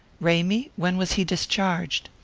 ramy? when was he discharged?